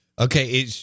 Okay